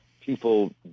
people